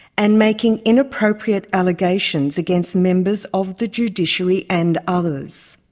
and making inappropriate allegations against members of the judiciary and others.